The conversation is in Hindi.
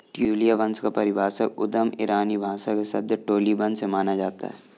ट्यूलिया वंश का पारिभाषिक उद्गम ईरानी भाषा के शब्द टोलिबन से माना जाता है